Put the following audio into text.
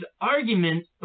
argument